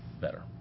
better